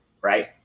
Right